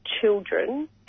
children